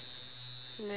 never